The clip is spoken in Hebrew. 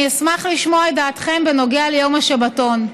אני אשמח לשמוע את דעתכם בנוגע ליום השבתון.